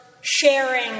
sharing